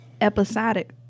Episodic